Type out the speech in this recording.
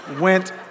went